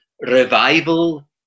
revival